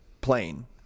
plane